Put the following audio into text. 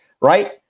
right